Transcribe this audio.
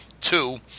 two